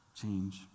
change